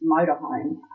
motorhome